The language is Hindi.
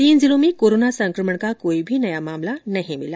तीन जिलों में संकमण का कोई भी नया मामला नहीं मिला